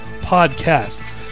podcasts